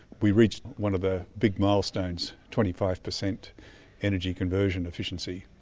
we reached one of the big milestones twenty five percent energy conversion efficiency.